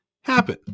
happen